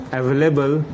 available